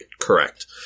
Correct